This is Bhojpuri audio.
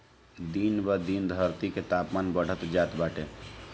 दिन ब दिन धरती के तापमान बढ़त जात बाटे